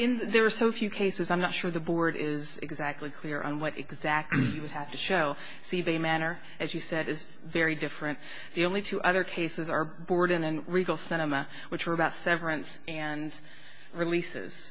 in there are so few cases i'm not sure the board is exactly clear on what exactly you would have to show c b a manner as you said is very different the only two other cases are board in and regal cinema which are about severance and releases